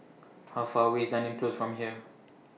How Far away IS Dunearn Close from here